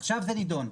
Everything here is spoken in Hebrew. עכשיו זה נידון,